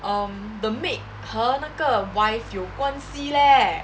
um the maid 和那个 wife 有关系 leh